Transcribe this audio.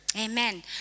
Amen